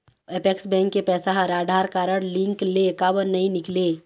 Apex bank के पैसा हा आधार कारड लिंक ले काबर नहीं निकले?